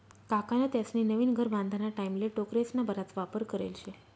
काकान त्यास्नी नवीन घर बांधाना टाईमले टोकरेस्ना बराच वापर करेल शे